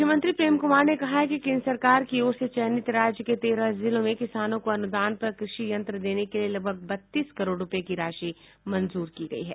कृषि मंत्री प्रेम कुमार ने कहा है कि केन्द्र सरकार की ओर से चयनित राज्य के तेरह जिलों में किसानों को अनुदान पर कृषि यंत्र देने के लिए लगभग बत्तीस करोड़ रूपये की राशि मंजूर की गयी है